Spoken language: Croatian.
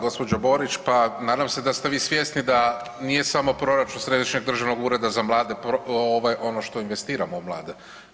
Gospođo Borić pa nadam se da ste vi svjesni da nije samo proračun Središnjeg državnog ureda za mlade ovaj ono što investiramo u mlade.